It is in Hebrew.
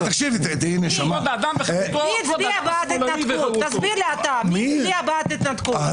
מי הצביע בעד ההתנתקות?